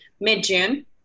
mid-June